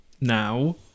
now